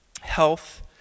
health